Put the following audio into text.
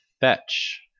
Fetch